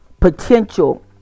potential